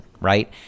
right